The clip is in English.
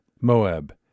Moab